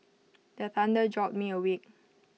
the thunder jolt me awake